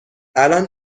الان